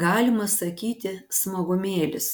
galima sakyti smagumėlis